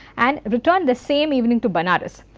and return the same evening to banaras.